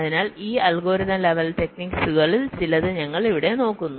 അതിനാൽ ഈ algorithm level ടെക്നിക്കുകളിൽ ചിലത് ഞങ്ങൾ ഇവിടെ നോക്കുന്നു